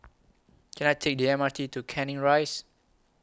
Can I Take The M R T to Canning Rise